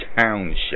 township